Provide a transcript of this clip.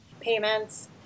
payments